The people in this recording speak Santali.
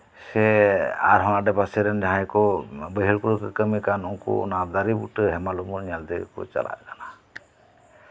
ᱥᱮ ᱟᱨᱦᱚᱸ ᱟᱰᱮ ᱯᱟᱥᱮ ᱨᱮᱱ ᱡᱟᱦᱟᱸᱭ ᱠᱚ ᱵᱟᱹᱭᱦᱟᱹᱲ ᱠᱚᱨᱮ ᱠᱚ ᱠᱟᱹᱢᱤ ᱠᱟᱱ ᱩᱱᱠᱩ ᱚᱱᱟ ᱫᱟᱨᱮ ᱵᱩᱴᱟᱹ ᱦᱮᱢᱟᱞ ᱩᱢᱩᱞ ᱧᱮᱞ ᱛᱮᱜᱮ ᱠᱚ ᱪᱟᱞᱟᱜ ᱠᱟᱱᱟ